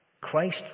Christ